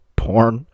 porn